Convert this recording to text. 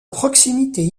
proximité